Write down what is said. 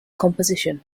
composition